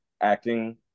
acting